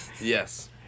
Yes